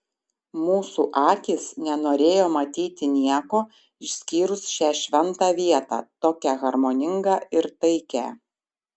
mūsų akys nenorėjo matyti nieko išskyrus šią šventą vietą tokią harmoningą ir taikią